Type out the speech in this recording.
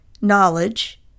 knowledge